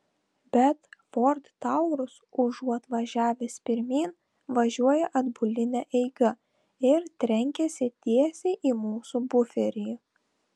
bet ford taurus užuot važiavęs pirmyn važiuoja atbuline eiga ir trenkiasi tiesiai į mūsų buferį